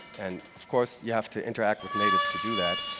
and of course, you have to interact with natives to do that.